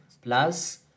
plus